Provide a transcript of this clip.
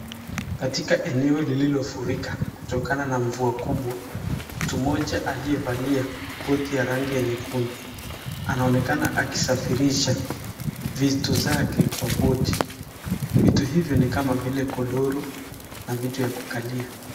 Katika eneo lilofurika kutokana na mvua kubwa mtu mmoja aliyevalia koti ya rangi ya nyekundu anaonekana akisafirisha vitu zake kwa boti vitu hivyo ni vitu kama vile godoro na viti ya kukalia.